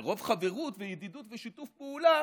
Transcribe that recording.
מרוב חברות וידידות ושיתוף פעולה,